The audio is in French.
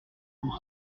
pour